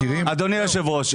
אדוני היושב ראש,